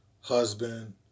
husband